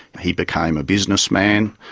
he became a businessman,